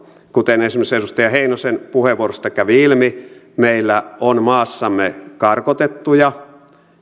kuten esimerkiksi edustaja heinosen puheenvuorosta kävi ilmi meillä on maassamme karkotettuja